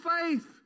faith